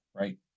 right